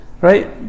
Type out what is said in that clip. Right